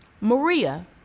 Maria